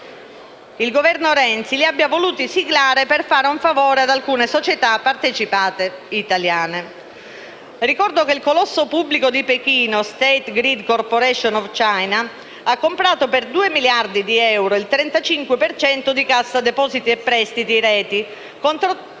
siglare certi accordi con la Cina per fare un favore ad alcune società partecipate italiane. Ricordo che il colosso pubblico di Pechino State Grid Corporation of China ha comprato per 2 miliardi di euro il 35 per cento di Cassa depositi e prestiti Reti,